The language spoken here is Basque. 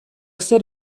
zer